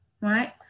right